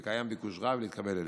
וקיים ביקוש רב להתקבל אליהם.